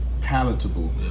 Palatable